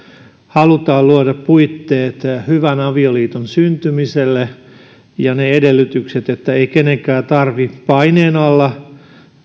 halutaan luoda puitteet hyvän avioliiton syntymiselle ja ne edellytykset että ei kenenkään tarvitse paineen alla